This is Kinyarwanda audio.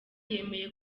yemeye